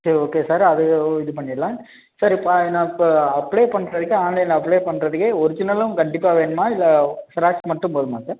சரி okay sir அது இது பண்ணிவிடலாம் சார் இப்போ நான் இப்போ அப்ளை பண்ணுறதுக்கு ஆன்லைனில் அப்ளை பண்ணுறதுக்கே ஒர்ஜினலும் கண்டிப்பாக வேணுமா இல்லை செராக்ஸ் மட்டும் போதுமா சார்